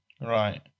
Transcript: Right